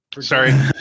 Sorry